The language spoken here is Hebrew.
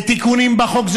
ותיקונים בחוק,